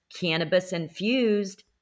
cannabis-infused